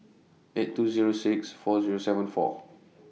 eight two Zero six four Zero seven four